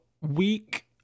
week